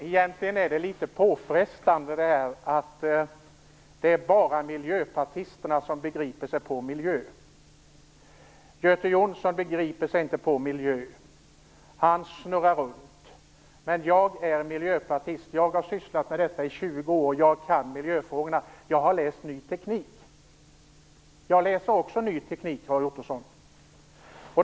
Fru talman! Egentligen är inställningen att det bara är miljöpartister som begriper sig på miljö litet påfrestande. Roy Ottoson säger: Göte Jonsson begriper sig inte på miljö. Han snurrar runt. Men jag är miljöpartist. Jag har sysslat med detta i 20 år. Jag kan miljöfrågorna. Jag har läst Ny Teknik. Jag läser också Ny Teknik, Roy Ottosson.